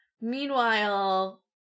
Meanwhile